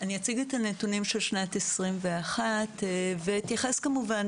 אני אציג את הנתונים של שנת 2021 ואתייחס כמובן